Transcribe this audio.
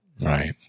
right